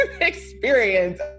experience